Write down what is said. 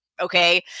Okay